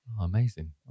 Amazing